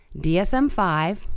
DSM-5